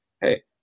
hey